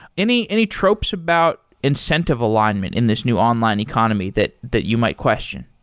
any any tropes about incentive alignment in this new online economy that that you might question?